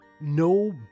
no